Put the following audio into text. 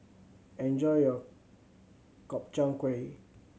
enjoy your Gobchang Gui